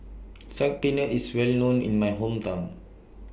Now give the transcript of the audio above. Saag Paneer IS Well known in My Hometown